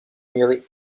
nearly